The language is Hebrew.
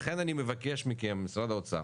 לכן אני מבקש מכם משרד האוצר,